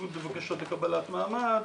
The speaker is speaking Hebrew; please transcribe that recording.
טיפול בבקשות לקבלת מעמד,